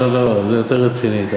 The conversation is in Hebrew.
לא, זה יותר רציני.